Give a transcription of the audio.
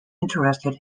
interested